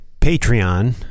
Patreon